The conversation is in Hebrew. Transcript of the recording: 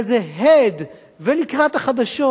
איזה הד ולקראת החדשות.